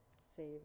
save